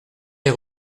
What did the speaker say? les